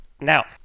now